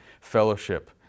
fellowship